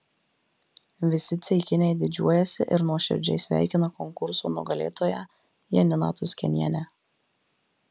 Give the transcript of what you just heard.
visi ceikiniai didžiuojasi ir nuoširdžiai sveikina konkurso nugalėtoją janiną tuskenienę